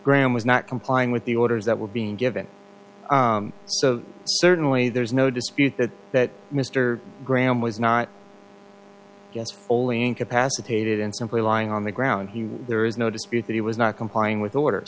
graham was not complying with the orders that were being given so certainly there's no dispute that that mr graham was not just all incapacitated and simply lying on the ground he there is no dispute that he was not complying with order